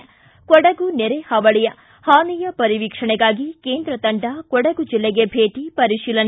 ಿ ಕೊಡಗು ನೆರೆಹಾವಳಿ ಹಾನಿಯ ಪರಿವೀಕ್ಷಣೆಗಾಗಿ ಕೇಂದ್ರ ತಂಡ ಕೊಡಗು ಜಿಲ್ಲೆಗೆ ಭೇಟ ಪರೀಶಿಲನೆ